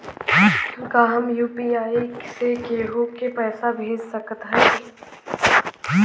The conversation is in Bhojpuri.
का हम यू.पी.आई से केहू के पैसा भेज सकत हई?